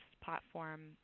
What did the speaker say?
platform